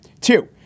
Two